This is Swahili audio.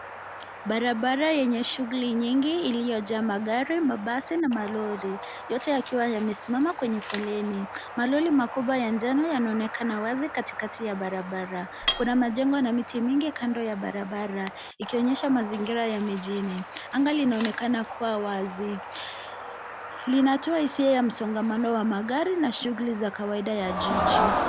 Barabara yenye shuguli nyingi iliyojaa magari mabasi na malori, yote yakiwa yamesimama kwenye foleni. Malori makubwa ya njano yanaonekana wazi katikati ya barabara. Kuna majengo na miti mingi kando ya barabara ikionyesha mazingira ya mijini. Anga linaonekana kuwa wazi, linatoa hisia ya msongamano wa magari na shuguli za kawaida ya jiji.